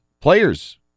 players